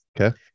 Okay